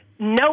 No